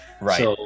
Right